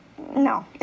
No